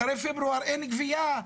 אחרי פברואר אין גבייה,